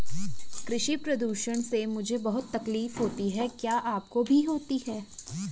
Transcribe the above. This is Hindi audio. कृषि प्रदूषण से मुझे बहुत तकलीफ होती है क्या आपको भी होती है